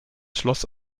schloss